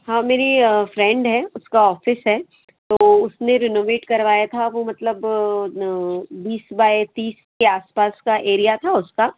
हाँ मेरी फ्रेंड है उसका ऑफ़िस है उसने रिनोवेट करवाया था वो मतलब बीस बाई तीस के आस पास का एरिया था उसका